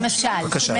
למשל,